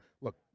look